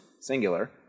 singular